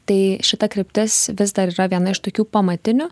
tai šita kryptis vis dar yra viena iš tokių pamatinių